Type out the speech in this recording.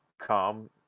come